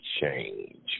change